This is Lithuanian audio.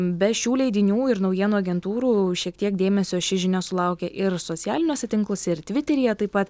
be šių leidinių ir naujienų agentūrų šiek tiek dėmesio ši žinia sulaukė ir socialiniuose tinkluose ir tviteryje taip pat